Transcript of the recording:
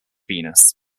venus